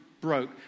broke